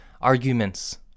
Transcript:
arguments